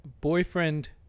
boyfriend